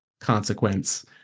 consequence